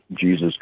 Jesus